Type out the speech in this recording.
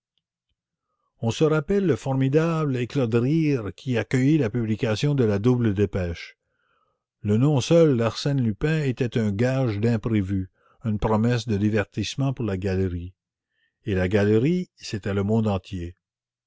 on se rappelle le formidable éclat de rire qui accueillit la publication de la double dépêche le nom seul d'arsène lupin était un gage d'imprévu une promesse de divertissement pour la galerie et la galerie c'était le monde entier